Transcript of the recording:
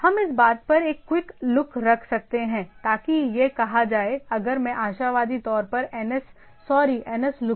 हम इस बात पर एक क्विक लुक रख सकते हैं ताकि यह कहा जाए अगर मैं आशावादी तौर पर ns सॉरी nslookup दे तो cmd